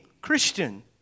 Christian